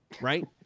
right